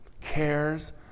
cares